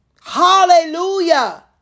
Hallelujah